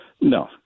No